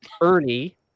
Ernie